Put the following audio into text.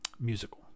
musical